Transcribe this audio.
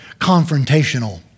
confrontational